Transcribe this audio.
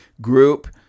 group